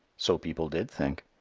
so people did think.